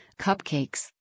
cupcakes